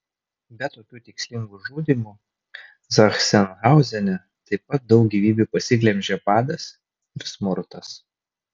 be tokių tikslingų žudymų zachsenhauzene taip pat daug gyvybių pasiglemžė badas ir smurtas